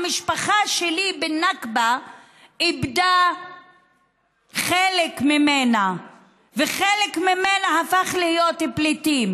המשפחה שלי בנכבה איבדה חלק ממנה וחלק ממנה הפכו להיות פליטים,